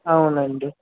అవునండి